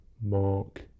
mark